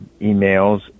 emails